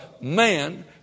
man